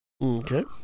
Okay